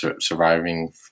surviving